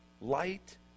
Light